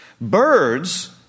Birds